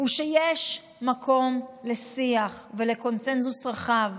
שיש מקום לשיח ולקונסנזוס רחב.